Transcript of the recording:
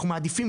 אנחנו מעדיפים,